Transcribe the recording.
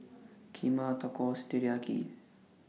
Kheema Tacos Teriyaki